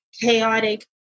chaotic